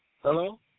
Hello